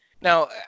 Now